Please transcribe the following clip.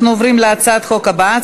אנחנו עוברים להצעת החוק הבאה,